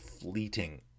fleeting